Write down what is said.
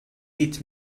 seats